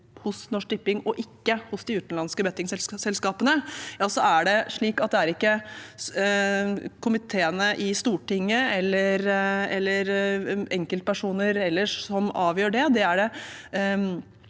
hos Norsk Tipping og ikke hos de utenlandske bettingselskapene, så er det ikke komiteene i Stortinget eller enkeltpersoner ellers som avgjør det.